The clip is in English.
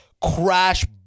crash